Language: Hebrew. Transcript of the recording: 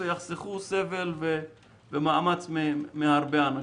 ויחסכו סבל ומאמץ מהרבה אנשים.